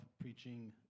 preaching